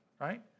right